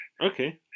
Okay